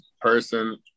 person